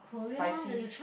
spicy